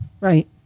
Right